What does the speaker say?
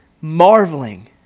Marveling